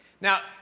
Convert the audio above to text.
Now